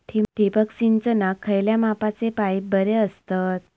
ठिबक सिंचनाक खयल्या मापाचे पाईप बरे असतत?